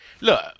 Look